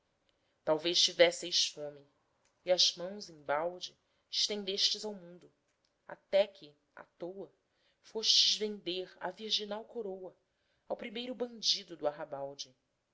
talvez tivésseis fome e as mãos embalde estendestes ao mundo até que à-toa fostes vender a virginal coroa ao primeiro bandido do arrabalde